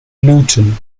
luton